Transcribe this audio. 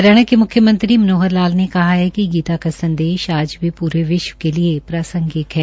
हरियाणा के म्ख्यमंत्री मनोहर लाल ने कहा कि गीता का संदेश आज भी विश्व के लिए प्रांसगिक है